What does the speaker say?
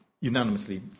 unanimously